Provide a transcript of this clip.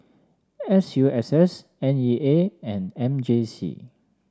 S U S S N E A and M J C